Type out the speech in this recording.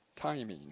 timing